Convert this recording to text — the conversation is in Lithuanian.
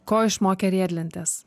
ko išmokė riedlentes